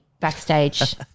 Backstage